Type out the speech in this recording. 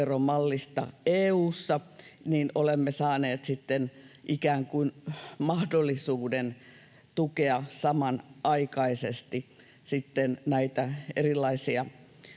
sitten ikään kuin mahdollisuuden tukea samanaikaisesti näitä erilaisia tapoja.